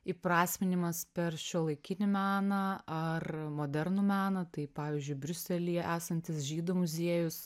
įprasminimas per šiuolaikinį meną ar modernų meną tai pavyzdžiui briuselyje esantis žydų muziejus